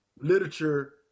literature